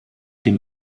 dem